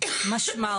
משמע,